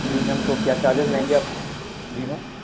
जी ma'am तो क्या charges रहेंगे आपको जी मैम